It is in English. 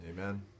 Amen